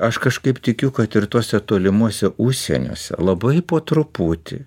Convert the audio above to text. aš kažkaip tikiu kad ir tuose tolimuose užsieniuose labai po truputį